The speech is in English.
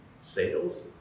sales